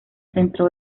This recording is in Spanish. centro